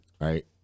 right